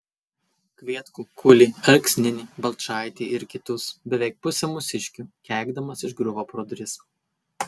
kvietkų kulį alksninį balčaitį ir kitus beveik pusę mūsiškių keikdamas išgriuvo pro duris